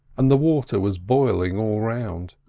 and the water was boiling all round.